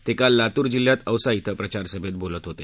ते काल लातूर जिल्ह्यात औसा धिं प्रचारसभेत बोलत होते